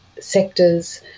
sectors